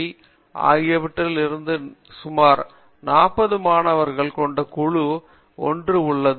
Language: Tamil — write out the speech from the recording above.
D ஆகியவற்றில் இருந்து சுமார் 40 மாணவர்களைக் கொண்ட குழு ஒன்று உள்ளது